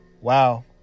Wow